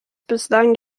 bislang